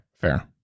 fair